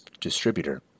distributor